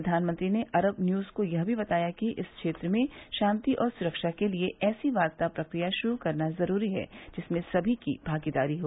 प्रधानमंत्री ने Arab News को यह भी बताया कि इस क्षेत्र में शांति और सुरक्षा के लिए ऐसी वार्ता प्रक्रिया शुरू करना जरूरी है जिसमें समी की भागीदारी हो